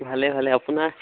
ভালে ভালে আপোনাৰ